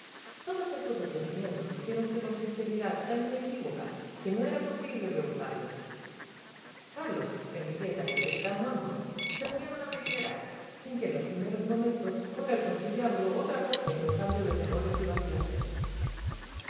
todos estos ofrecimientos hiciéronse con sinceridad tan inequívoca que no era posible rehusarlos carlos enriqueta y el capitán wentworth se reunieron a deliberar sin que en los primeros momentos fuera el conciliábulo otra cosa que un cambio de temores y vacilaciones